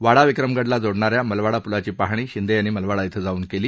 वाडा विक्रमगडला जोडणाऱ्या मलवाडा पूलाची पाहणी शिंदे यांनी मलवाडा इथं जाऊन केली